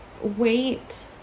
wait